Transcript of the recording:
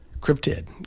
cryptid